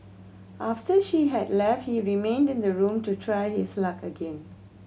after she had left he remained in the room to try his luck again